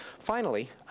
finally,